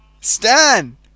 Stan